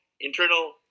internal